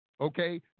okay